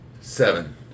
Seven